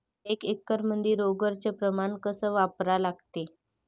एक एकरमंदी रोगर च प्रमान कस वापरा लागते?